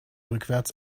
rückwärts